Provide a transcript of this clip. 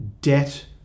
debt